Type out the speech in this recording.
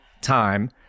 time